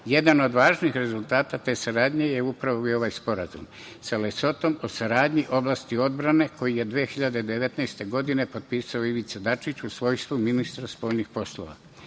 Jedan od važnih rezultata te saradnje je upravo i ovaj Sporazum sa Lesotom o saradnji u oblasti odbrane, koji je 2019. godine potpisao Ivica Dačić u svojstvu ministra spoljnih poslova. Ovaj